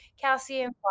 calcium